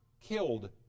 Killed